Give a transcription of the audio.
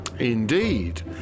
Indeed